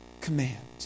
command